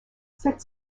cette